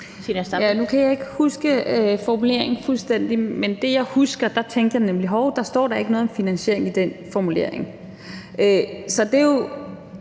Nu kan jeg ikke huske formuleringen fuldstændig, men det, jeg husker, er, at jeg tænkte: Hov, der står da ikke noget om finansiering i den formulering. Det er jo